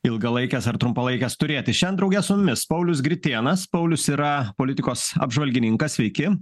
ilgalaikes ar trumpalaikes turėti šian drauge su mumis paulius gritėnas paulius yra politikos apžvalgininkas sveiki